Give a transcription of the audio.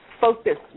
focus